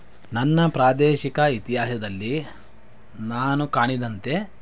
ನನ್ನ ಪ್ರಾದೇಶಿಕ ಇತಿಹಾಸದಲ್ಲಿ ನಾನು ಕಾಣಿದಂತೆ